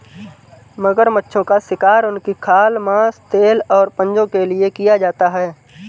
मगरमच्छों का शिकार उनकी खाल, मांस, तेल और पंजों के लिए किया जाता है